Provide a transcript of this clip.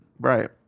Right